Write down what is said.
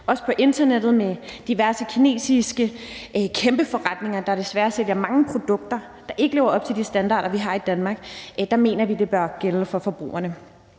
Også på internettet med diverse kinesiske kæmpeforretninger, der desværre sælger mange produkter, der ikke lever op til de standarder, vi har i Danmark, mener vi at det bør gælde for forbrugerne.